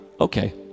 okay